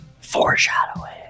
Foreshadowing